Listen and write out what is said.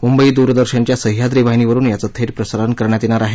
मुंबई दूरदर्शनच्या सह्याद्री वाहिनीवरुन याचं थेट प्रसारण करण्यात येणार आहे